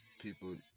People